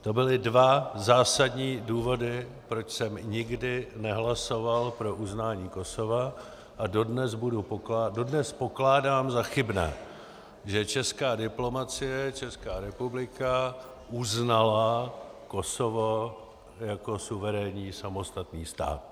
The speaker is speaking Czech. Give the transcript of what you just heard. To byly dva zásadní důvody, proč jsem nikdy nehlasoval pro uznání Kosova, a dodnes pokládám za chybné, že česká diplomacie, Česká republika, uznala Kosovo jako suverénní samostatný stát.